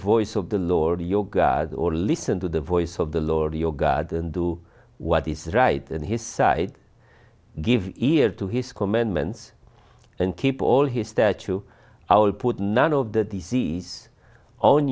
voice of the lord your god or listen to the voice of the lord your god and do what is right and his side give ear to his commandments and keep all his statue output none of the disease on